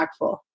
impactful